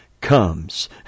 comes